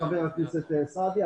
אני --- חבר הכנסת סעדי.